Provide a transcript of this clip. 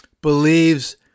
believes